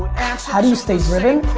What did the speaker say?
how do you stay driven?